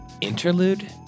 interlude